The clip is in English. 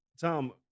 Tom